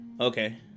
Okay